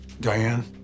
Diane